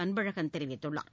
அன்பழகன் தெரிவித்துள்ளார்